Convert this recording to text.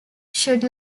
should